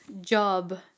job